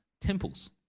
temples